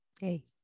Hey